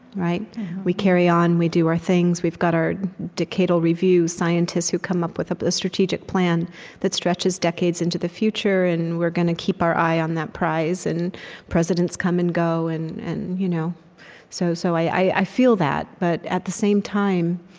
we carry on we do our things. we've got our decadal review scientists who come up with up with a strategic plan that stretches decades into the future. and we're gonna keep our eye on that prize. and presidents come and go. and and you know so so i feel that. but, at the same time,